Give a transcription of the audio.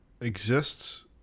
exists